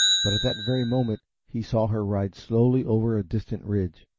but at that very moment he saw her ride slowly over a distant ridge.